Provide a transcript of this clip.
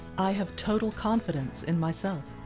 i have total confidence in myself.